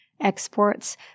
exports